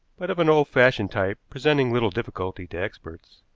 but of an old-fashioned type, presenting little difficulty to experts.